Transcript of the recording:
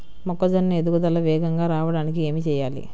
మొక్కజోన్న ఎదుగుదల వేగంగా రావడానికి ఏమి చెయ్యాలి?